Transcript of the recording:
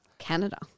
Canada